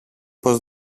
πως